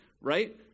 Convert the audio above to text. right